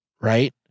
right